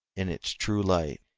in its true light.